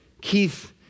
Keith